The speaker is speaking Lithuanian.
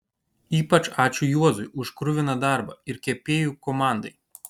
ypač ačiū juozui už kruviną darbą ir kepėjų komandai